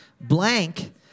blank